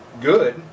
good